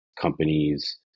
companies